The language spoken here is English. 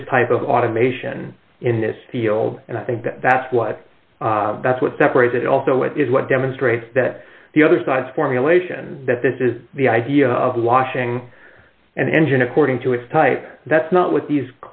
this type of automation in this field and i think that's what that's what separates it also is what demonstrates that the other side's formulation that this is the idea of washing an engine according to its type that's not what these